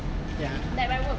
ya